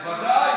בוודאי.